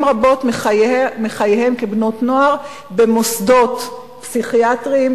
רבות מחייהן כבנות-נוער במוסדות פסיכיאטריים,